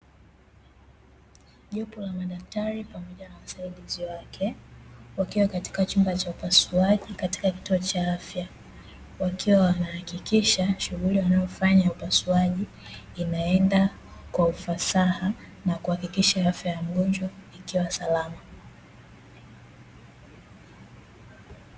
Jopo la madaktari pamoja na wasaidizi wake wakiwa katika chumba cha upasuaji katika kituo cha afya, wakiwa wanahakikisha shughuli wanayofanya ya upasuaji inaenda kwa ufasaha, na kuhakikisha afya ya mgonjwa ikiwa salama.